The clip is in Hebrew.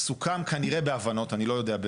סוכם כנראה בהבנות, אני לא יודע,